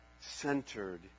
centered